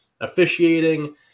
officiating